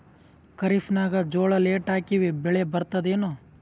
ಖರೀಫ್ ನಾಗ ಜೋಳ ಲೇಟ್ ಹಾಕಿವ ಬೆಳೆ ಬರತದ ಏನು?